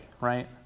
right